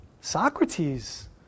Socrates